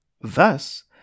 Thus